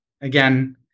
again